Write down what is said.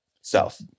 South